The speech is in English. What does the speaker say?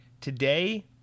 Today